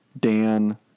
Dan